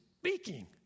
speaking